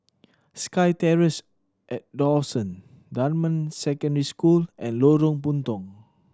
SkyTerrace at Dawson Dunman Secondary School and Lorong Puntong